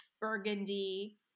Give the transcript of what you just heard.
burgundy